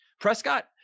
Prescott